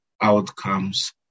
outcomes